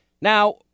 Now